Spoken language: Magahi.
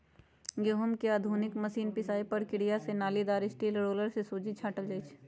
गहुँम के आधुनिक मशीन पिसाइ प्रक्रिया से नालिदार स्टील रोलर से सुज्जी छाटल जाइ छइ